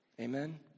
Amen